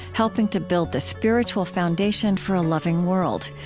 helping to build the spiritual foundation for a loving world.